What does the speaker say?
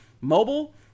mobile